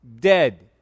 dead